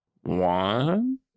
One